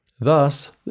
Thus